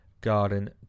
garden